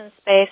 space